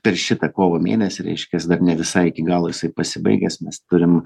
per šitą kovo mėnesį reiškias dar ne visai iki galo jisai pasibaigęs mes turim